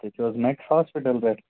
تُہۍ چھُو حظ مٮ۪کٕس ہاسپِٹَل پٮ۪ٹھ